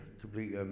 complete